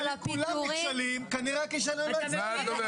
אבל אם כולם נכשלים, כנראה הכישלון לא אצלם.